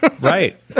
Right